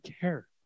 care